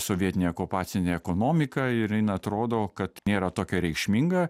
sovietinę okupacinę ekonomiką ir jin atrodo kad nėra tokia reikšminga